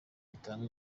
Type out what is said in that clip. bitanga